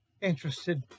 interested